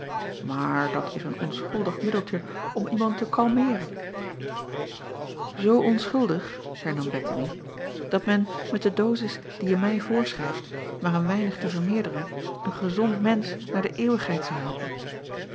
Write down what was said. maar dat is een onschuldig middeltje om iemand te kalmeeren oo onschuldig hernam ettemie dat men met de dosis die je mij voorschrijft maar een weinig te vermeerderen een gezond mensch naar de eeuwigheid zou helpen